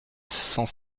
cent